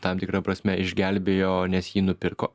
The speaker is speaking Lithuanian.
tam tikra prasme išgelbėjo nes jį nupirko